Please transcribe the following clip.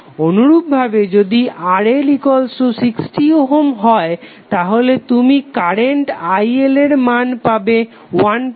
অনুরূপভাবে যদি RL 16 ohm হয় তাহলে তুমি কারেন্ট IL এর মান পাবে 15A